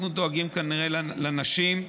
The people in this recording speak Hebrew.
אנחנו דואגים כנראה לנשים.